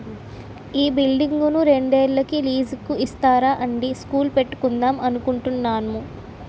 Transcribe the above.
ఈ బిల్డింగును రెండేళ్ళకి లీజుకు ఇస్తారా అండీ స్కూలు పెట్టుకుందాం అనుకుంటున్నాము